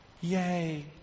yay